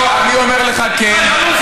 לא הוסיפו.